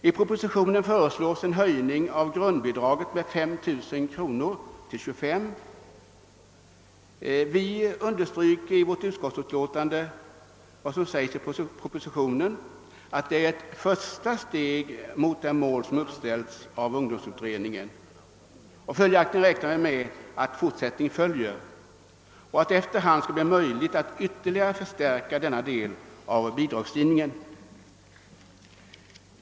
I propositionen föreslås en höjning av grundbidraget med 5000 kronor till 25 000 kronor. Vi inom utskottsmajoriteten understryker i vårt utlåtande propositionens uttalande att detta är ett första steg mot det mål som uppställts av ungdomsutredningen. Följaktligen räknar vi med att fortsättning följer och att det efter hand skall bli möjligt att ytterligare förstärka denna del av bidragsgivningen.